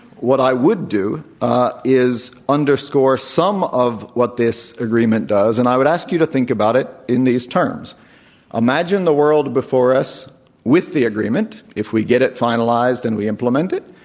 what i would do is underscore some of what this agreement does. and i would ask you to think about it in these terms imagine the world before us with the agreement, if we get it finalized and we implement it,